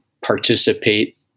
participate